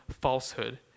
falsehood